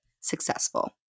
successful